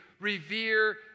revere